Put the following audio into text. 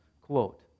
quote